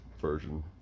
Version